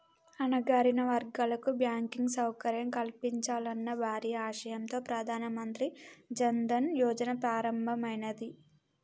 అణగారిన వర్గాలకు బ్యాంకింగ్ సౌకర్యం కల్పించాలన్న భారీ ఆశయంతో ప్రధాన మంత్రి జన్ ధన్ యోజన ప్రారంభమైనాది